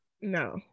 No